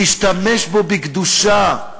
תשתמש בו בקדושה,